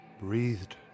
Breathed